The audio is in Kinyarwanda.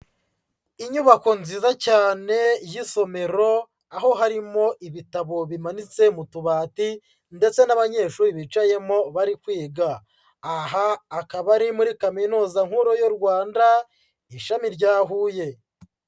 Inyubako nziza cyane y'isomero aho harimo ibitabo bimanitse mu tubati ndetse n'abanyeshuri bicayemo bari kwiga. Aha akaba ari muri Kaminuza nkuru y'u Rwanda ishami rya Huye.